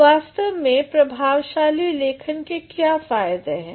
अब वास्तव में प्रभावशाली लेखन के क्या फ़ायदे हैं